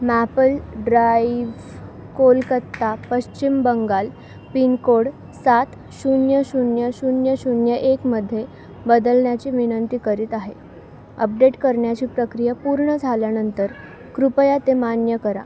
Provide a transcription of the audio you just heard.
maple drive Kolkata Paschim Bangal pin code सात शून्य शून्य शून्य शून्य एकमध्ये बदलण्याची विनंती करीत आहे अपडेट करण्याची प्रक्रिया पूर्ण झाल्यानंतर कृपया ते मान्य करा